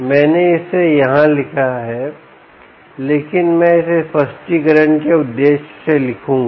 मैंने इसे यहां लिखा है लेकिन मैं इसे स्पष्टीकरण के उद्देश्य से लिखूंगा